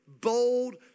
bold